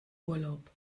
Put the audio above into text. urlaub